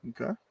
Okay